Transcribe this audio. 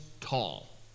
tall